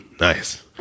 nice